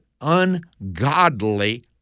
ungodly